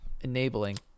enabling